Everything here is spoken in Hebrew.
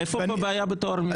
איפה פה הבעיה בטוהר מידות?